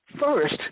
first